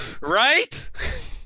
Right